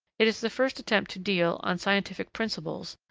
it is the first attempt to deal, on scientific principles,